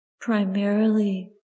primarily